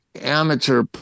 amateur